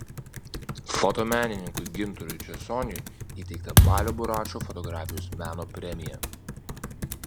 fotomenininkui gintarui česoniui įteikta balio buračo fotografijos meno premija